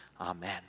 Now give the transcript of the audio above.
Amen